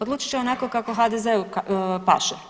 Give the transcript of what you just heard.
Odlučit će onako kako HDZ-u paše.